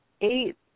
eight